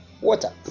water